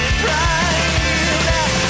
pride